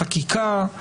בחקיקה,